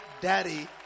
daddy